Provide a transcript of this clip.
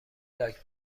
لاک